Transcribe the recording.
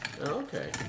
Okay